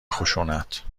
خشونت